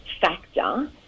factor